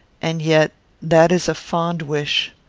and yet that is a fond wish.